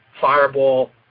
fireball